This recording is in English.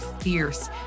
fierce